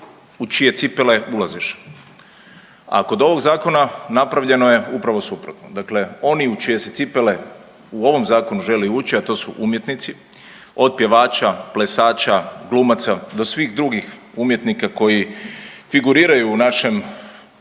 u čije cipele ulaziš, a kod ovog zakona napravljeno je upravo suprotno. Dakle, oni u čije se cipele u ovom zakonu želi ući, a to su umjetnici od pjevača, plesača, glumaca do svih drugih umjetnika koji figuriraju u našem